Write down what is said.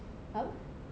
apa